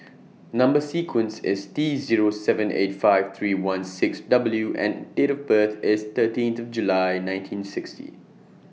Number sequence IS T Zero seven eight five three one six W and Date of birth IS thirteenth of July nineteen sixty